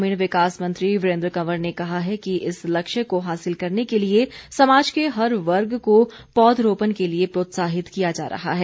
ग्रामीण विकास मंत्री वीरेन्द्र कंवर ने कहा है कि इस लक्ष्य को हासिल करने के लिए समाज के हर वर्ग को पौधरोपण के लिए प्रोत्साहित किया जा रहा है